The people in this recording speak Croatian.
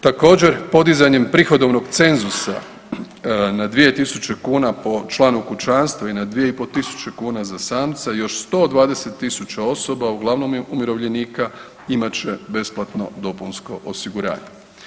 Također podizanjem prihodovnog cenzusa na 2.000 kuna po članu kućanstva i na 2.500 kuna za samca još 120.000 osoba uglavnom umirovljenika imat će besplatno dopunsko osiguranje.